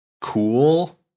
cool